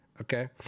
okay